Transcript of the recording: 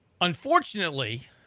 Unfortunately